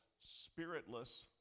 spiritless